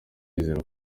yizeza